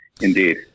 Indeed